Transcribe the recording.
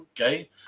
Okay